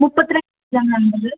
മുപ്പത്തിരണ്ട്